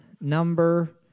number